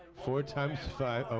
four times five,